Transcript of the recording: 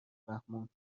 فهموند